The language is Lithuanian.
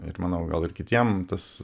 ir manau gal ir kitiem tas